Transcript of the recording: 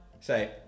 say